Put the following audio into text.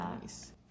nice